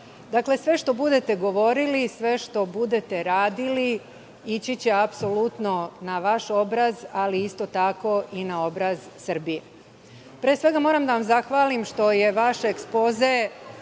Dakle, sve što budete govorili, sve što budete radili ići će apsolutno na vaš obraz ali isto tako i na obraz Srbije. Pre svega moram da vam zahvalim što je vaš ekspoze